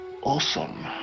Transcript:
Awesome